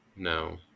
No